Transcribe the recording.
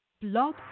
Blog